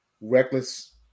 reckless